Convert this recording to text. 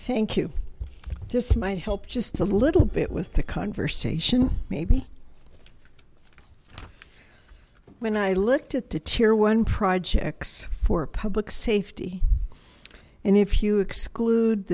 thank you this might help just a little bit with the conversation maybe when i looked at the tear one projects for public safety and if you exclude